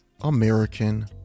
American